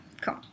Cool